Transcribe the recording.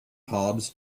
hobs